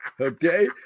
Okay